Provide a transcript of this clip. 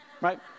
right